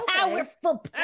powerful